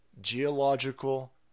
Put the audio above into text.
Geological